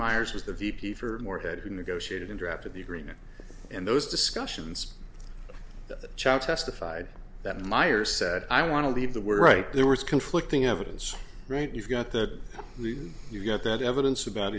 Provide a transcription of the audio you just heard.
myers was the v p for morehead who negotiated and drafted the agreement and those discussions that child testified that meyer said i want to leave the were right there was conflicting evidence right you've got that the you've got that evidence about